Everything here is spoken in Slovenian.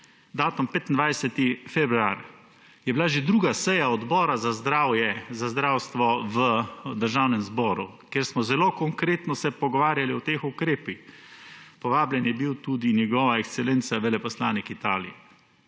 datum 25. februar. Takrat je bila že druga seja Odbora za zdravstvo v Državnem zboru, kjer smo se zelo konkretno pogovarjali o teh ukrepih. Povabljen je bil tudi njegova ekscelenca veleposlanik Italije.